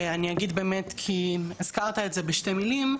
אני אגיד באמת, כי הזכרת את זה בשתי מילים.